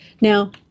now